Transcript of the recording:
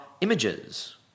images